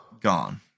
Gone